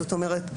זאת אומרת,